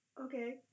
Okay